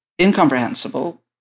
incomprehensible